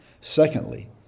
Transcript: Secondly